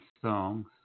songs